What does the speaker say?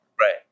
Right